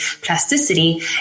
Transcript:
plasticity